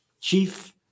chief